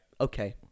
Okay